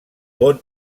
bon